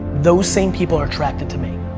those same people are attracted to me.